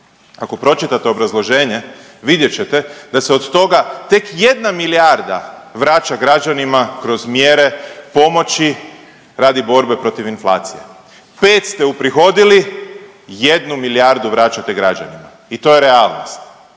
Ako pročitate obrazloženje vidjet ćete da se od toga tek jedna milijarda vraća građanima kroz mjere pomoći radi borbe protiv inflacije. Pet ste uprihodili, jednu milijardu vraćate građanima i to je realnost.